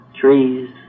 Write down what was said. trees